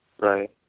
Right